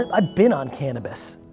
and i've been on cannabis,